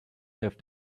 have